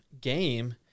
game